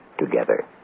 together